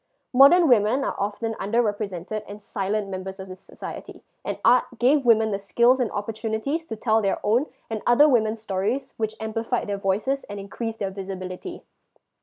modern women are often under represented and silent members of the society and art gave women the skills and opportunities to tell their own and other women's stories which amplified their voices and increased their visibility